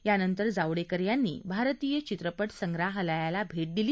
यानंतर जावडेकर यांनी भारतीय चित्रपट संग्राहलयाला भेट दिली